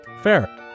Fair